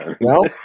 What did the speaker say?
No